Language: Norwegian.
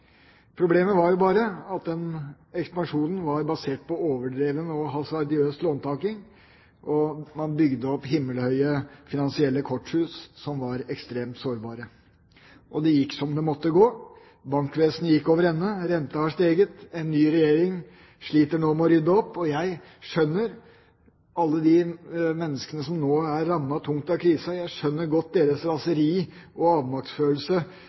Problemet var bare at ekspansjonen var basert på overdreven og hasardiøs låntaking, og man bygde opp himmelhøye finansielle korthus som var ekstremt sårbare. Det gikk som det måtte gå: Bankvesenet gikk over ende, renta har steget, og en ny regjering sliter nå med å rydde opp. Mange mennesker er rammet tungt av krisen, og jeg skjønner godt deres raseri og avmaktsfølelse når de rydder opp etter spekulantkapitalistene og de politikerne som jeg skjønner